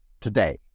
today